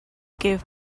gave